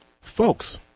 Folks